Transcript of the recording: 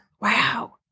Wow